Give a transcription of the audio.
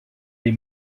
des